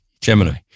Gemini